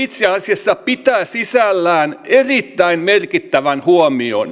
itse asiassa pitää sisällään erittäin merkittävän huomion